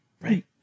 Right